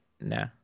No